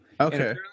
okay